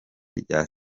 rya